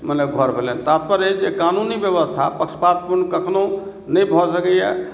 मने घर भेलनि तातपर्य अहि जे कानूनी व्यवस्था पक्षपातपूर्ण कखनो नहि भऽ सकैया